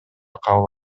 кабыл